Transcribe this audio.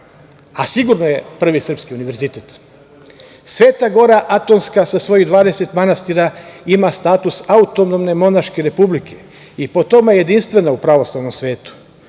a sigurno je prvi srpski univerzitet. Sveta gora Atonska sa svojih 20 manastira ima status Autonomne monaške republike i po tome je jedinstvena u pravoslavnom svetu.